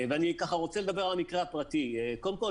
אני רוצה לדבר על המקרה הפרטי קודם כל,